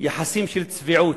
יחסים של צביעות.